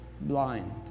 blind